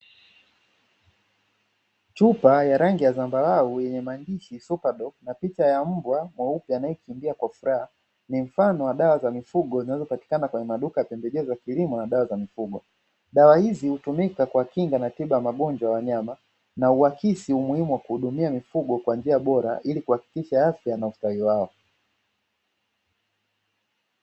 Chupa ya rangi ya zambarau yenye maandishi "SUPER DOG" na picha ya mbwa mweupe anayekimbia kwa furaha, ni mfano wa dawa za mifugo zinazopatikana kwenye maduka pembejeo za kilimo na dawa za mifugo. Dawa hizi hutumika kwa kinga na tiba ya magonjwa ya wanyama na huakisi umuhimu wa kuhudumia mifugo kwa njia bora ili kuhakikisha afya na ustawi wao.